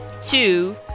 Two